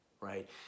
right